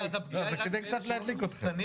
זה כדי קצת להדליק אתכם.